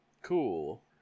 Cool